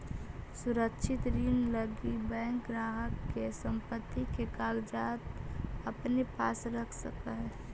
सुरक्षित ऋण लगी बैंक ग्राहक के संपत्ति के कागजात अपने पास रख सकऽ हइ